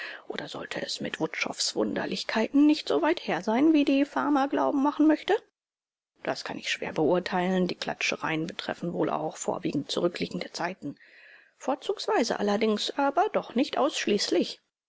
oder sollte es mit wutschows wunderlichkeiten nicht so weit her sein wie die fama glauben machen möchte das kann ich schwer beurteilen die klatschereien betreffen wohl auch vorwiegend zurückliegende zeiten vorzugsweise allerdings aber doch nicht ausschließlich